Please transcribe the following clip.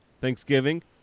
Thanksgiving